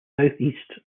southeast